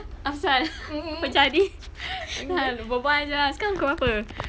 apa pasal apa jadi berbual jer lah sekarang pukul berapa